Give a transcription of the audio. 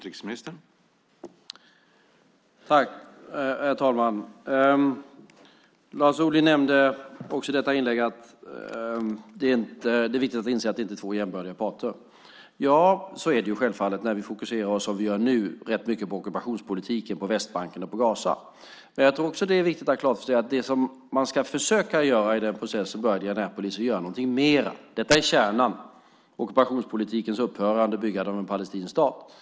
Herr talman! Lars Ohly nämnde också i detta inlägg att det är viktigt att inse att det inte är två jämbördiga parter. Så är det självfallet när vi som vi nu gör fokuserar på ockupationspolitiken på Västbanken och i Gaza. Men det är viktigt att ha klart för sig att man ska försöka göra någonting mer i den process som började i Annapolis. Ockupationspolitikens upphörande och byggandet av en palestinsk stat är kärnan.